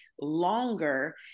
longer